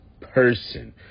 person